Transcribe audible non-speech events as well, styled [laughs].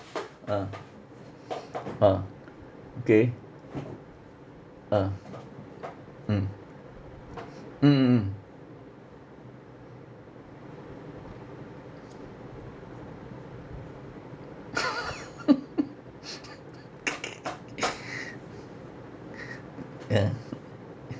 ah ah okay ah mm mm mm mm [laughs] ya